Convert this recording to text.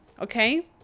okay